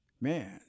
man